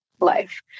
life